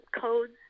codes